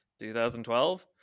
2012